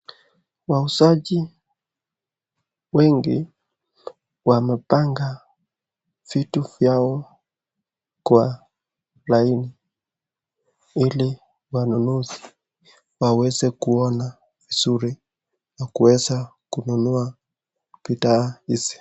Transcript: Wauzaji wengi wamepanga vitu vyao kwa laini ili wanunuzi waweze kuona vizuri na kuweza kununua bidhaa hizi.